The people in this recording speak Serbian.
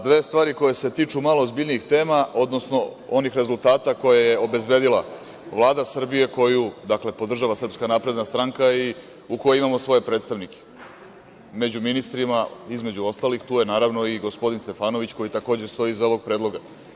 Dve stvari koje se tiču malo ozbiljnijih tema, odnosno onih rezultata koje je obezbedila Vlada Srbije koju podržava SNS i u kojoj imamo svoje predstavnike među ministrima, između ostalih, tu je naravno i gospodin Stefanović koji takođe stoji iza ovog predloga.